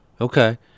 Okay